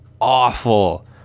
awful